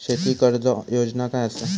शेती कर्ज योजना काय असा?